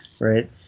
right